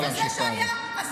משנה שמאל ימין?